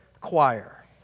choir